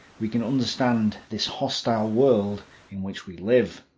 we can understand this hostile world in which we live.